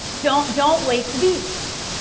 don't don't wake the beast.